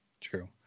true